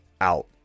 out